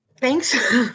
Thanks